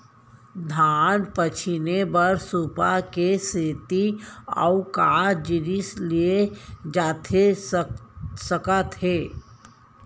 धान पछिने बर सुपा के सेती अऊ का जिनिस लिए जाथे सकत हे?